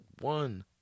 one